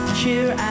cheer